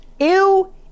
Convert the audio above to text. Ew